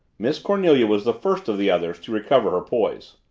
miss cornelia was the first of the others to recover her poise.